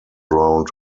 round